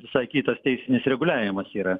visai kitas teisinis reguliavimas yra